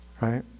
Right